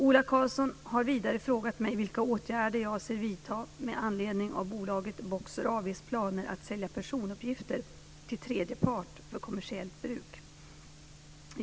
Ola Karlsson har vidare frågat mig vilka åtgärder jag avser vidta med anledning av bolaget Boxer AB:s planer att sälja personuppgifter till tredje part för kommersiellt bruk.